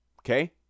Okay